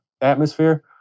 atmosphere